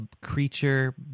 creature